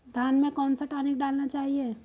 धान में कौन सा टॉनिक डालना चाहिए?